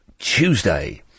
Tuesday